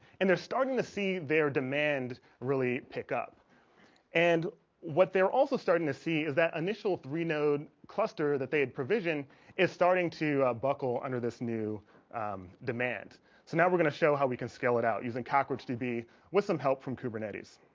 and they're starting to see their demand really pick up and what they're also starting to see is that initial three node cluster that they had provision is starting to buckle under this new demand so now we're going to show how we can scale it out using cockroach db with some help from kubernetes